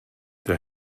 der